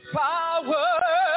power